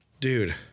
dude